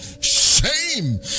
shame